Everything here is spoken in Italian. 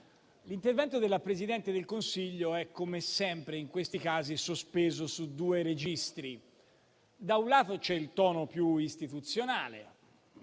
l'intervento della Presidente del Consiglio è, come sempre in questi casi, sospeso tra due registri. Da un lato c'è il tono più istituzionale,